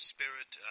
Spirit